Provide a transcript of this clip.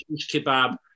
kebab